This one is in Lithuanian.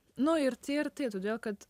nu ir tie ir tie todėl kad